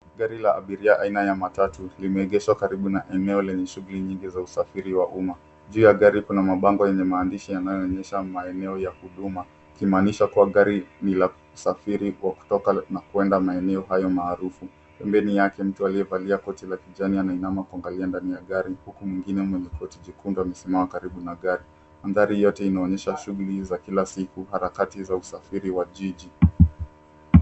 Gari la abiria aina ya matatu limeegeshwa karibu na eneo lenye shughuli nyingi za usafiri wa umma. Juu ya gari kuna mabango yenye maandishi yanaonyesha maeneo ya huduma, ikimaanisha kuwa gari ni la usafiri wa kutoka na kuenda maeneo hayo maarufu. Pembeni yake mtu alievalia koti la kijani anainama kuangalia ndani ya gari. Huku mwengine mwenye koti jekundu amesimama karibu na gari. Mandhari yote inaonyesha shughuli za kila siku, harakati za usafiri wa jiji.